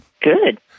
Good